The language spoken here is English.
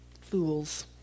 fools